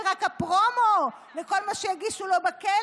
היא רק הפרומו, לכל מה שיגישו לו בכלא.